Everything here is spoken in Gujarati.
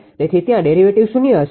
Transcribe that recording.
તેથી ત્યાં ડેરીવેટીવ શૂન્ય હશે